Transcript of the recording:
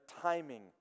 timing